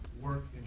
work